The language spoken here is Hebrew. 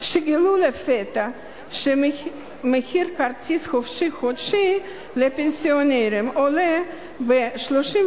שגילו לפתע שמחיר כרטיס "חופשי-חודשי" לפנסיונרים עולה ב-35